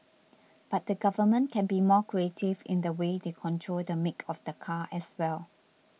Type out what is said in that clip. but the government can be more creative in the way they control the make of the car as well